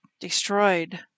destroyed